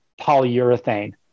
polyurethane